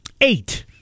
Eight